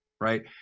right